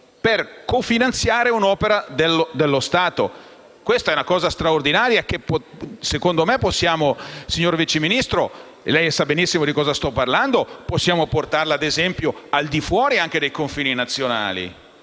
per cofinanziare un'opera dello Stato. Questa è una cosa straordinaria che - secondo me - signor Vice Ministro - e lei sa benissimo di cosa sto parlando -possiamo portare anche al di fuori dei confini nazionali.